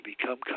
become